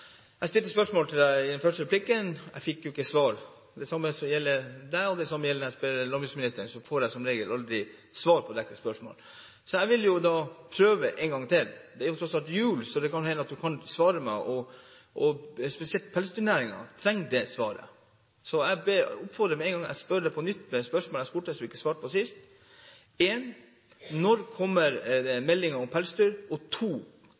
Jeg stilte et spørsmål til deg i min første replikk. Jeg fikk ikke svar. Det samme som gjelder deg, gjelder også landbruksministeren. Jeg får som regel aldri svar på dette spørsmålet. Jeg vil prøve en gang til. Det er tross alt jul, så det kan hende at du kan svare meg, og spesielt pelsdyrnæringen trenger det svaret. Jeg stiller på nytt de spørsmålene jeg stilte, som du ikke svarte på sist. Spørsmål 1: Når kommer